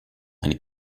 eine